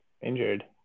injured